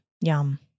Yum